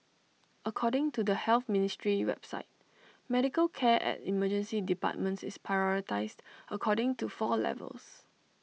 according to the health ministry's website medical care at emergency departments is prioritised according to four levels